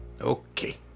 okay